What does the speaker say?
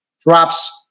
drops